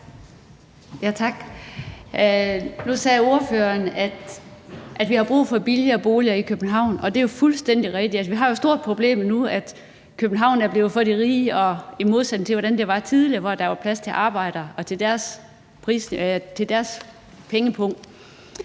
Nu sagde ordføreren, at vi har brug for billigere boliger i København, og det er jo fuldstændig rigtigt. Altså, vi har jo et stort problem nu, nemlig at København er blevet for de rige i modsætning til, hvordan det var tidligere, hvor der var plads til arbejdere i forhold til deres pengepung.